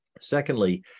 Secondly